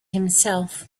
himself